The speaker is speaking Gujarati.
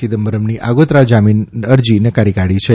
ચિદમ્બરમની આગોતરા જામીન અરજી નકારી કાઢી છે